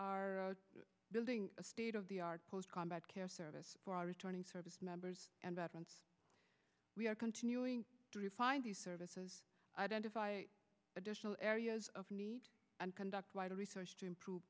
our building a state of the art post combat care service for our returning service members and veterans we are continuing to refine these services identify additional areas and conduct wider research to improve